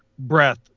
breath